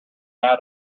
out